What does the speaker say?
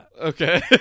Okay